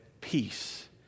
peace